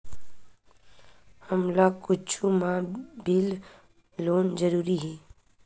हमला कुछु मा बिल लेना जरूरी हे?